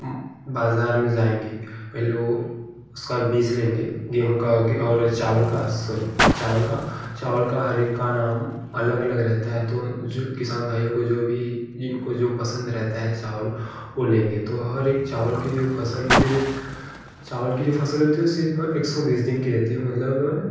बाज़ार में जाएँगे पहले वह उसका बीज लेंगे गेहूँ का आगे और चावल का सॉरी चावल का चावल का हर एक का नाम अलग अलग रहता है तो जो किसान भाइयों को जो भी इनको जो पसंद रहता है चावल वह लेंगे तो हर एक चावल की जो फसल होती है जो चावल की जो फसल होती है वह सिर्फ़ एक सौ बीस दिन रहती है मतलब